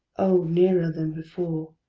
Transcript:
oh, nearer than before!